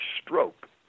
stroke